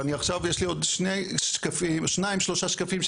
ועכשיו יש לי עוד שניים שלושה שקפים,